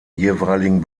jeweiligen